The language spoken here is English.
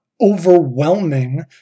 overwhelming